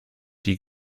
die